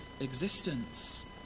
existence